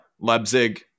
Leipzig